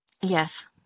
yes